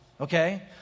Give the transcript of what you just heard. Okay